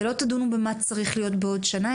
ולא תדונו במה צריך להיות בעוד שנה,